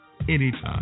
anytime